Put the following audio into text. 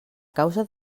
causa